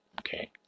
Okay